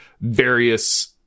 various